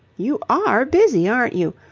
you are busy, aren't you.